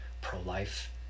pro-life